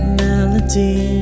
melody